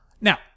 Now